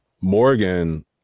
Morgan